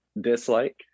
dislike